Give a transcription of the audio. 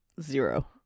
Zero